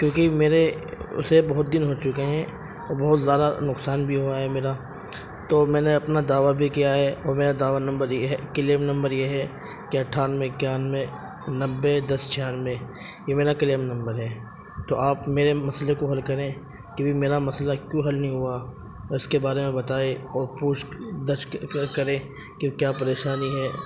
کیونکہ میرے اسے بہت دن ہو چکے ہیں اور بہت زیادہ نقصان بھی ہوا ہے میرا تو میں نے اپنا دعویٰ بھی کیا ہے اور میرا دعویٰ نمبر یہ ہے کلیم نمبر یہ ہے کہ اٹھانوے اکیانوے نوے دس چھیانوے یہ میرا کلیم نمبر ہے تو آپ میرے مسئلے کو حل کریں کیونکہ میرا مسئلہ کیوں حل نہیں ہوا اور اس کے بارے میں بتائیں اور پوچھ گچھ کرے کہ کیا پریشانی ہے